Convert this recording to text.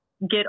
get